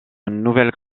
nouvelles